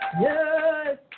Yes